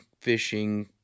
fishing